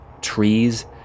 Trees